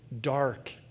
dark